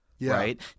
Right